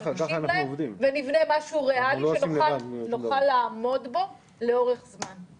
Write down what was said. צריך להקשיב להם ונבנה משהו ריאלי שנוכל לעמוד בו לאורך זמן.